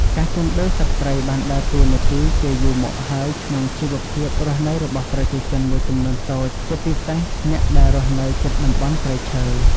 ការជួញដូរសត្វព្រៃបានដើរតួនាទីជាយូរមកហើយក្នុងជីវភាពរស់នៅរបស់ប្រជាជនមួយចំនួនតូច ជាពិសេសអ្នកដែលរស់នៅជិតតំបន់ព្រៃឈើ។